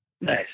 Nice